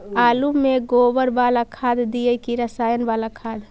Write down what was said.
आलु में गोबर बाला खाद दियै कि रसायन बाला खाद?